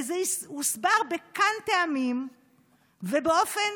וזה הוסבר בק"ן טעמים ובאופן